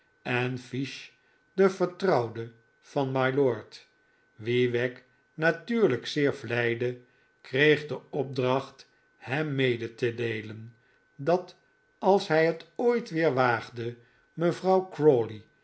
en fiche de vertrouwde van mylord wien wagg natuurlijk zeer vleide kreeg de opdracht hem mede te deelen dat als hij het ooit weer waagde mevrouw